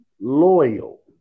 loyal